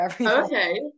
okay